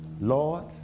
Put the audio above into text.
Lord